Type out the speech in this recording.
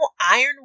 iron